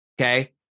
Okay